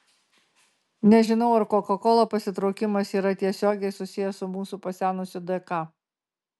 nežinau ar koka kola pasitraukimas yra tiesiogiai susijęs su mūsų pasenusiu dk